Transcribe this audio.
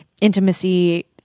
intimacy